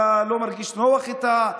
אתה לא מרגיש נוח איתה,